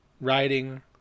writing